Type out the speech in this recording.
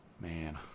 man